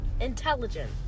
Intelligent